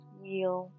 wheel